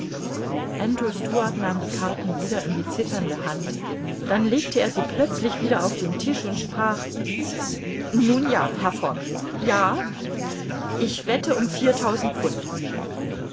nahm die karten wieder in die zitternde hand dann legte er sie plötzlich wieder auf den tisch und sprach nun ja herr fogg ja ich wette um viertausend pfund